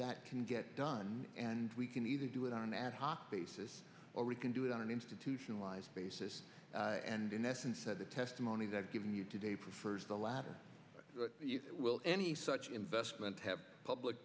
that can get done and we can either do it on an ad hoc basis or we can do it on an institutionalized basis and in essence said the testimony that given you today prefers the latter will any such investment have a public